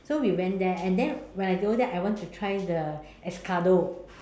so we went there and then when I go there I want to try the escargot